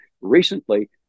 recently